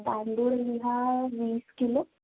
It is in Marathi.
तांदूळ लिहा वीस किलो